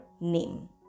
name